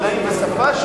מדעים ושפה,